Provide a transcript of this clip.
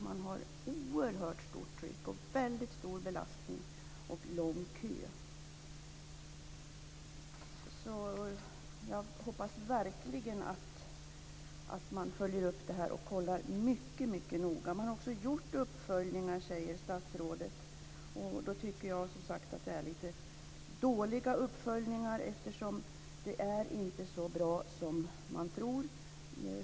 Det är ett oerhört stort tryck och en väldigt stor belastning där. Kön är väldigt lång. Jag hoppas därför verkligen att detta följs upp och att man kontrollerar detta mycket noga. Det har gjorts uppföljningar, säger statsrådet. Men jag tycker att det är lite dåliga uppföljningar. Det är ju inte så bra som man tror.